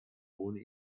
ohne